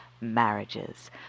marriages